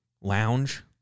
Lounge